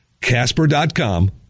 Casper.com